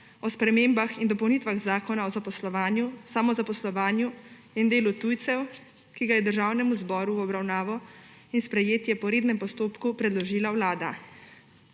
o spremembah in dopolnitvah Zakona o zaposlovanju, samozaposlovanju in delu tujcev, ki ga je Državnemu zboru v obravnavo in sprejetje po rednem postopku predložila Vlada.